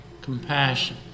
Compassion